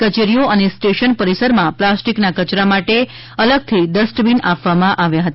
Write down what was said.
કચેરીઓ અને સ્ટેશન પરિસરમાં પ્લાસ્ટિકના કચરા માટે અલગથી ડસ્ટબિન આપવામાં આવ્યા હતા